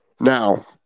now